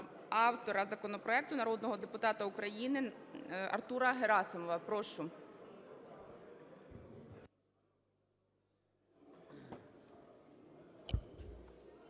автора законопроекту – народного депутата України Артура Герасимова, прошу.